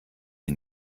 sie